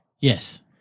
Yes